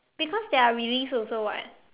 because they are released also [what]